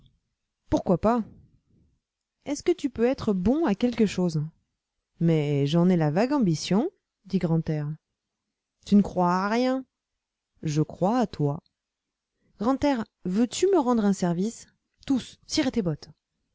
pourquoi pas est-ce que tu peux être bon à quelque chose mais j'en ai la vague ambition dit grantaire tu ne crois à rien je crois à toi grantaire veux-tu me rendre un service tous cirer tes bottes